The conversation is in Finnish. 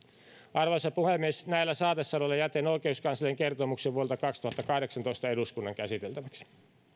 arvoisa puhemies näillä saatesanoilla jätän oikeuskanslerin kertomuksen vuodelta kaksituhattakahdeksantoista eduskunnan käsiteltäväksi